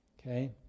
okay